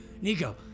Nico